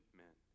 men